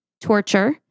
Torture